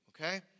okay